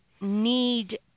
need